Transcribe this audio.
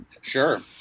Sure